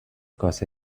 کاسه